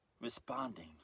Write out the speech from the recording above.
responding